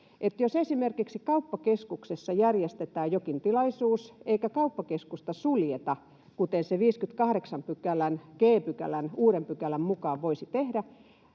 jos esimerkiksi kauppakeskuksessa järjestetään jokin tilaisuus eikä kauppakeskusta suljeta, kuten 58 g §:n — uuden pykälän — mukaan voitaisiin tehdä,